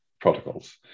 protocols